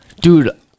Dude